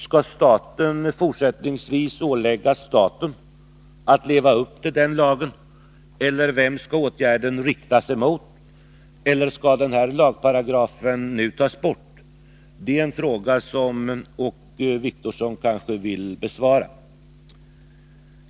Skall staten fortsättningsvis ålägga staten att leva upp till lagen, eller mot vem skall åtgärden riktas? Eller skall den här lagparagrafen tas bort? Det är frågor som Åke Wictorsson kanske vill besvara.